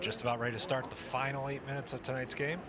just about ready to start the final eight minutes of tonight's game